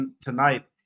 tonight